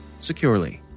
securely